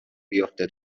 بیفته